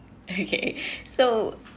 okay so